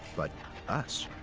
but us.